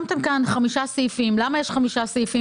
5 מיליון